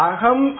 Aham